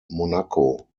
monaco